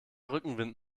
rückenwind